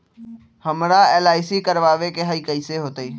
हमरा एल.आई.सी करवावे के हई कैसे होतई?